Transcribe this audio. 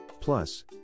Plus